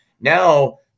Now